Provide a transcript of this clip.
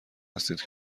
هستید